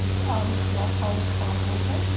تُہۍ چھُو Arif cloth house Pampore پٮ۪ٹھ